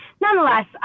nonetheless